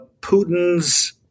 Putin's